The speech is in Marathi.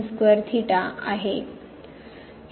हे r वर्ग होईल